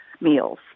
meals